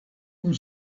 kun